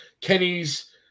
Kenny's